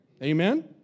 Amen